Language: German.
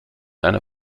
einer